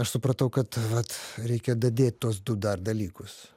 aš supratau kad vat reikia dadėt tuos du dar dalykus